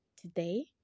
today